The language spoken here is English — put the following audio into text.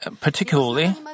Particularly